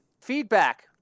Feedback